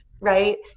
right